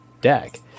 deck